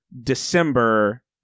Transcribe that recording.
December